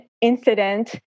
incident